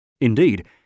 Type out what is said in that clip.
Indeed